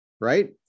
right